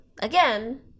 again